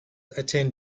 attend